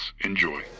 Enjoy